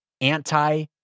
anti